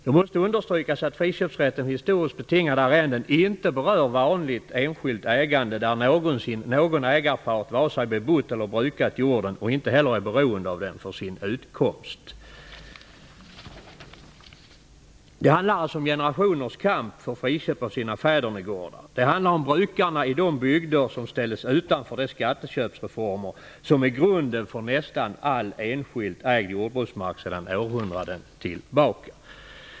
Det måste understrykas att friköpsrätten i det historiskt betingade arrendet inte berör vanligt enskilt ägande, där någonsin någon ägarstat vare sig bebott eller brukat jorden och inte heller är beroende av den för sin utkomst. Det handlar alltså om generationers kamp för friköp av sina fädernegårdar. Det handlar om brukarna i de bygder som ställdes utanför de skatteköpsreformer som är grunden för nästan all enskilt ägd jordbruksmark sedan århundraden tillbaka.